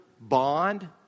bond